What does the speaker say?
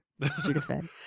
Sudafed